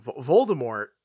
voldemort